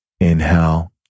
Inhale